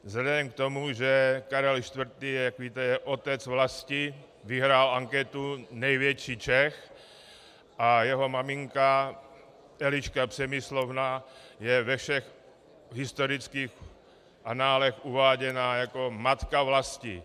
Vzhledem k tomu, že Karel IV. je, jak víte, Otec vlasti, vyhrál anketu největší Čech, a jeho maminka Eliška Přemyslovna je ve všech historických análech uváděna jako matka vlasti.